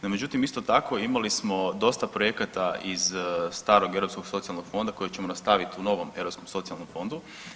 No, međutim isto tako imali smo dosta projekata iz starog Europskog socijalnog fonda koji ćemo nastaviti u novom Europskom socijalnom fondu.